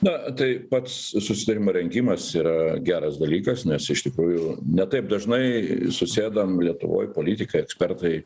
na tai pats susitarimo rengimas yra geras dalykas nes iš tikrųjų ne taip dažnai susėdam lietuvoj politikai ekspertai